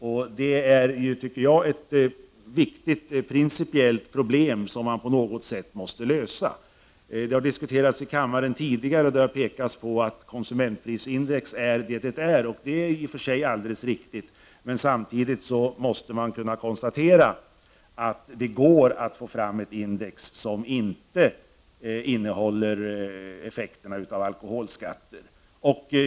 Jag anser att detta är ett viktigt principiellt problem som man på något sätt måste lösa. Denna fråga har tidigare diskuterats i kammaren, och man har påpekat att konsumentprisindex är just ett konsumentprisindex, vilket i och för sig är alldeles riktigt. Men man kan samtidigt konstatera att det går att få fram ett index som inte innehåller effekterna av alkoholskatter.